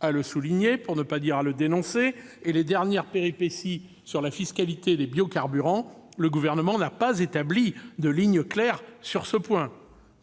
à le souligner, pour ne pas dire à le dénoncer, et les dernières péripéties concernant la fiscalité des biocarburants, le Gouvernement n'a pas établi de ligne claire sur ce point.